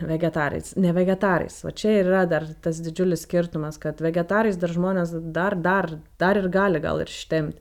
vegetarais ne vegetarais va čia ir yra dar tas didžiulis skirtumas kad vegetarais dar žmonės dar dar dar ir gali gal ir ištempt